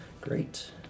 Great